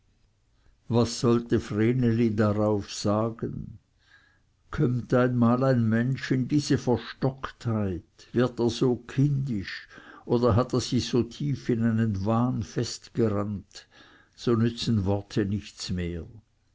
was sollte vreneli darauf sagen kömmt einmal ein mensch in diese verstocktheit wird er so kindisch oder hat er sich so tief in einen wahn festgerannt so nützen worte nichts mehr